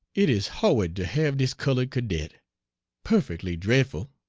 it is hawid to have this cullud cadet perfectly dre'fful.